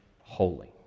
holy